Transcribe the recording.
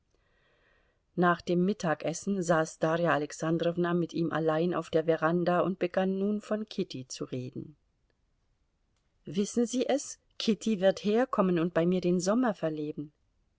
nach dem mittagessen saß darja alexandrowna mit ihm allein auf der veranda und begann nun von kitty zu reden wissen sie es kitty wird herkommen und bei mir den sommer verleben